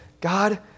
God